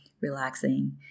relaxing